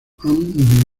han